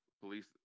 police